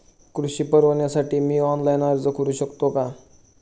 कृषी परवान्यासाठी मी ऑनलाइन अर्ज करू शकतो का?